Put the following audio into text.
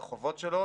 החובות שלו,